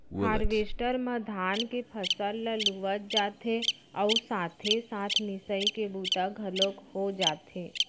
harvester म धान के फसल ल लुवत जाथे अउ साथे साथ मिसाई के बूता घलोक हो जाथे